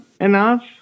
enough